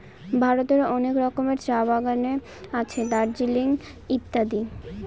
ভারতের অনেক রকমের চা বাগানে আছে দার্জিলিং এ ইত্যাদি